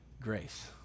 grace